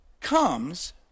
comes